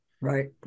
Right